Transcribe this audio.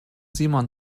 simon